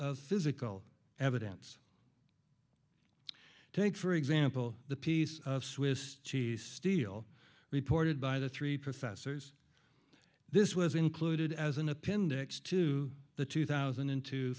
of physical evidence take for example the piece of swiss cheese steel reported by the three professors this was included as an appendix to the two thousand and two